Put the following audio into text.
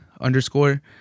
underscore